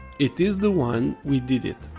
it is the one we did it.